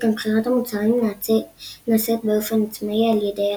שכן בחירת המוצרים נעשית באופן עצמאי על ידי הלקוחות.